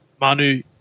Manu